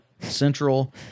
Central